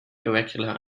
irregular